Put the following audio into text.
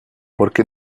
porque